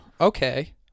Okay